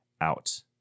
out